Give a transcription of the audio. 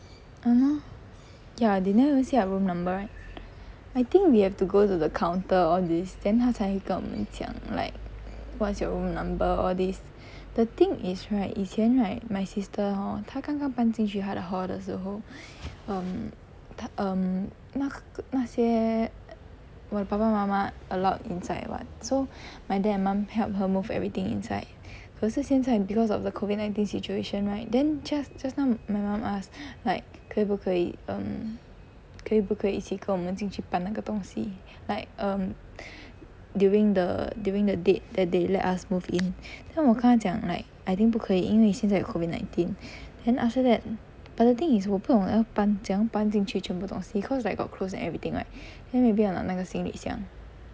(uh huh) ya they never even say our room number I think we have to go to the counter all these then 他才会跟我们讲 like what's your room number all this the thing is right 以前:yi qianan right my sister hor 她刚刚搬进去她的 hall 的时候 um 她 um 那那些 err 我的爸爸妈妈 allowed inside what so my dad and mum help her move everything inside 可是现在 because of COVID nineteen situation right then just just now my mum ask like 可以不可以 um 可以不可以跟我们一起进去搬那个东西 like um during the during the date that they let us move in then 我跟她讲 like I think 不可以因为现在有 COVID nineteen then after that but the thing is 我不懂要搬怎样搬进去全部的东西 cause I got closed and everything right then may be 我拿一个行李箱